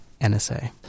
NSA